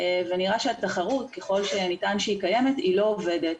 ונראה שהתחרות ככל שנטען שהיא קיימת היא לא עובדת.